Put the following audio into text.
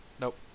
Nope